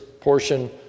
portion